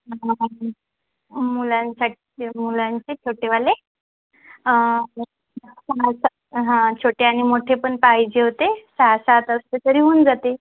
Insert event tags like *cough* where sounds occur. *unintelligible* मुलांसाठी मुलांचे छोटेवाले हा छोटे आणि मोठेपण पाहिजे होते सहा सात असते तरी होऊन जाते